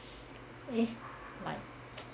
eh like